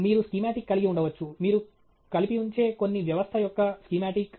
మీరు స్కీమాటిక్ కలిగి ఉండవచ్చు మీరు కలిపి ఉంచే కొన్ని వ్యవస్థ యొక్క స్కీమాటిక్